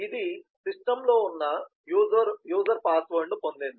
ఇది సిస్టమ్లో ఉన్న యూజర్ పాస్వర్డ్ను పొందింది